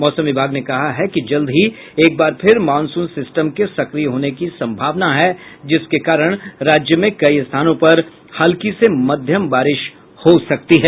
मौसम विभाग ने कहा है कि जल्द ही एक बार फिर मॉनसून सिस्टम के सक्रिय होने की संभावना है जिसके कारण राज्य में कई स्थानों पर हल्की से मध्यम बारिश हो सकती है